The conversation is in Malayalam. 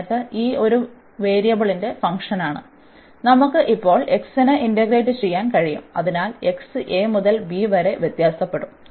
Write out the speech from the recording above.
എന്നിട്ട് ഇത് ഒരു വേരിയബിളിന്റെ ഫംഗ്ഷനാണ് നമുക്ക് ഇപ്പോൾ x ന് ഇന്റഗ്രേറ്റ് ചെയ്യാൻ കഴിയും അതിനാൽ x a മുതൽ b വരെ വ്യത്യാസപ്പെടും